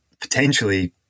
potentially